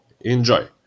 enjoy